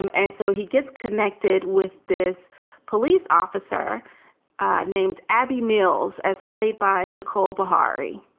um and so he gets connected with this police officer named abby mills as played by nicole beharie.